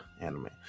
anime